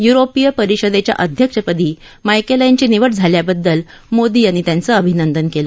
य्रोपीय परिषदेच्या अध्यक्षपदी मायकेल यांची निवड झाल्याबद्दल मोदी यांनी त्यांचं अभिनंदन केलं